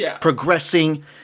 progressing